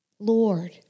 Lord